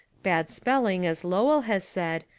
bad spelling, as lowell has said,